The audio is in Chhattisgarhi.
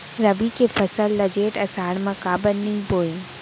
रबि के फसल ल जेठ आषाढ़ म काबर नही बोए?